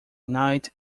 knight